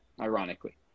ironically